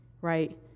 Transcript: right